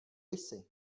jsi